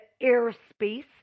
airspace